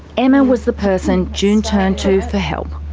emma was the person june turned to for help.